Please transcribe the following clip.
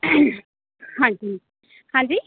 ਹਾਂਜੀ ਹਾਂਜੀ